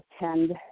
attend